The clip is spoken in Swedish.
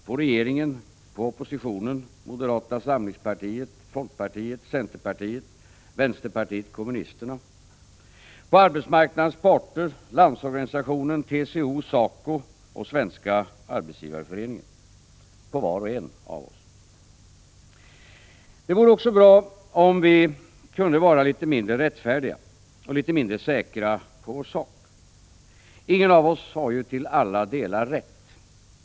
På regeringen, oppositionen, moderata samlingspartiet, folkpartiet, centerpartiet och vänsterpartiet kommunisterna. På arbetsmarknadens parter, Landsorganisationen, TCO, SACO och Svenska arbetsgivareföreningen. På var och en av oss. Det vore också bra om vi kunde vara litet mindre rättfärdiga och litet mindre säkra på vår sak. Ingen av oss har till alla delar rätt.